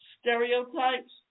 stereotypes